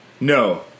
No